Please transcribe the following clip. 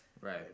right